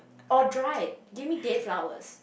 or dried give me dead flowers